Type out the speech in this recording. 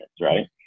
Right